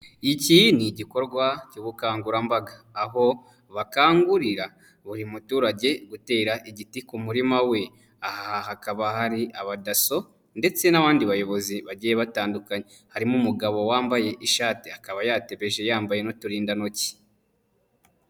Iki ni igikorwa cy'ubukangurambaga aho bakangurira buri muturage gutera igiti ku murima we aha hakaba hari aba dasso, ndetse n'abandi bayobozi bagiye batandukanye harimo umugabo wambaye ishati akaba yatebeje yambaye n'uturindantoki.